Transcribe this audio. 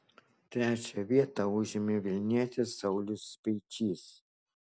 trečią vietą užėmė vilnietis saulius speičys